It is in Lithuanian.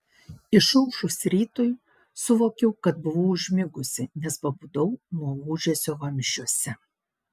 išaušus rytui suvokiau kad buvau užmigusi nes pabudau nuo ūžesio vamzdžiuose